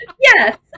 Yes